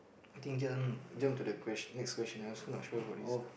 I think jump jump to the quest~ next question I also not sure about this ah